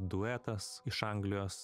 duetas iš anglijos